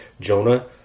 Jonah